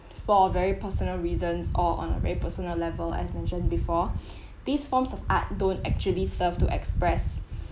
for very personal reasons or on a personal level as mentioned before these forms of art don't actually serve to express